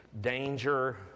danger